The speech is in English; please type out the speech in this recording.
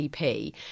EP